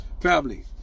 Family